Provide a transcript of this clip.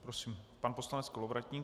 Prosím, pan poslanec Kolovratník.